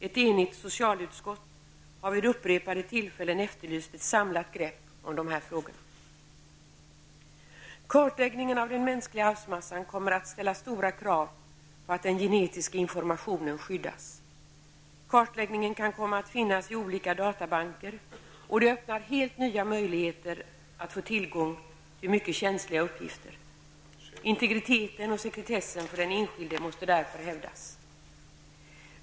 Ett enigt socialutskott har vid upprepade tillfällen efterlyst ett samlat grepp om dessa frågor. Kartläggningen av den mänskliga arvsmassan kommer att ställa stora krav på att den genetiska informationen skyddas. Kartläggningen kan komma att finnas i olika databanker, och det innebär helt nya risker för att obehöriga skall få tillgång till mycket känsliga uppgifter. Integriteten och sekretessen för den enskilde måste därför hävdas.